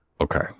Okay